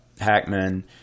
Hackman